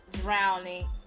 drowning